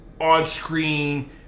on-screen